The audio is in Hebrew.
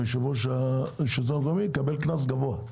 יושב-ראש השלטון המקומי - יקבל קנס גבוה.